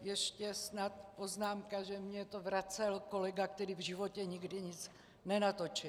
Ještě snad poznámka, že mi to vracel kolega, který v životě nikdy nic nenatočil.